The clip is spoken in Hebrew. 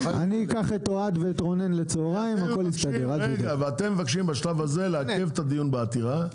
ושבשלב הזה אתם מבקשים לעכב את הדיון בעתירה.